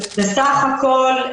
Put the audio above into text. בסך הכול,